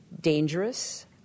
dangerous